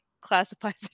classifies